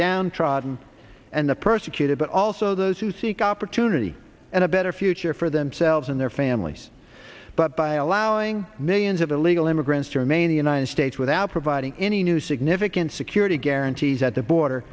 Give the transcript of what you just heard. downtrodden and the persecuted but also those who seek opportunity and a better future for themselves and their families but by allowing millions of illegal immigrants germanie united states without providing any new significant security guarantees at the border